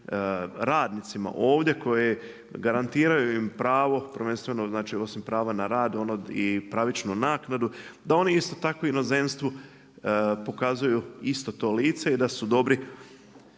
radnicima ovdje koje garantiraju im pravo, prvenstveno osim prava na rad i pravičnu naknadu, da oni isto tako inozemstvu pokazuju isto to lice i da su dobri